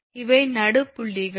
இவை நடுப் புள்ளிகள்